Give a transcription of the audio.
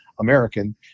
American